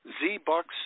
Z-Bucks